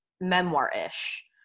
memoir-ish